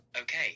Okay